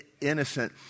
innocent